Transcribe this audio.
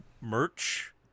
Merch